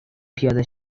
پیاده